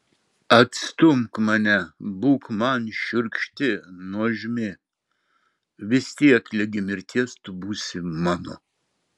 atstumk mane būk man šiurkšti nuožmi vis tiek ligi mirties tu būsi mano